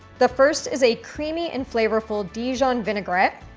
the first is a creamy and flavorful dijon vinaigrette.